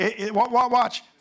Watch